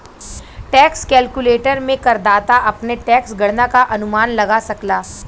tax calculator में करदाता अपने टैक्स गणना क अनुमान लगा सकला